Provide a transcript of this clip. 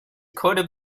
could